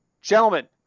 Gentlemen